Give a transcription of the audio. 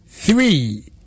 Three